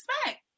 expect